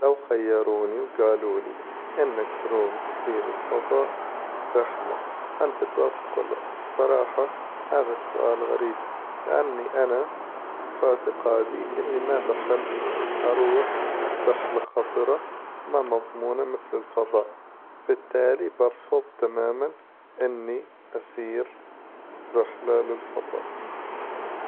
لو خيروني وقالوا لي إنك تروم تسير الفظاء رحلة، هل بتوافق ولا لا؟ الصراحة هذا السؤال غريب لأني أنا في اعتقادي إني ما بحب اروح رحلة خطرة ما مظمونة مثل الفظاء, بالتالي برفظ تماما إني أسير رحلة للفظاء.